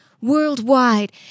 Worldwide